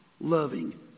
loving